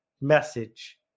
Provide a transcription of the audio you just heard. message